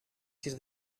sis